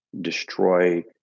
destroy